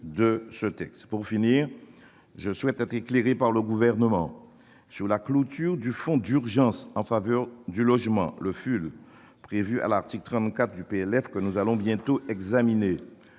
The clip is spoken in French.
Pour finir, je souhaite être éclairé par le Gouvernement sur la clôture du fonds d'urgence en faveur du logement (FUL), prévue à l'article 34 du projet de loi de finances que nous allons bientôt examiner.